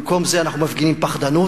במקום זה אנחנו מפגינים פחדנות.